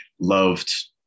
loved